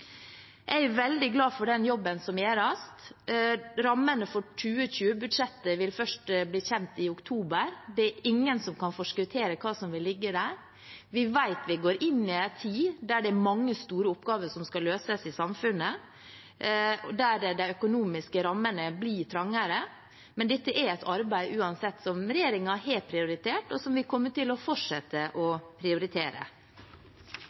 Jeg er veldig glad for den jobben som gjøres. Rammene for 2020-budsjettet vil først bli kjent i oktober. Det er ingen som kan forskuttere hva som vil ligge der. Vi vet vi går inn i en tid der det er mange store oppgaver som skal løses i samfunnet, og der de økonomiske rammene blir trangere. Men dette er uansett et arbeid som regjeringen har prioritert, og som vi kommer til å fortsette